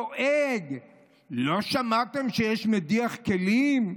לועג: לא שמעתם שיש מדיח כלים?